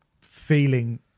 feeling